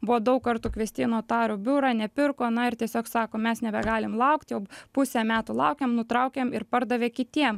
buvo daug kartų kviesti į notarų biurą nepirko na ir tiesiog sako mes nebegalim laukt jau pusę metų laukiam nutraukiam ir pardavė kitiem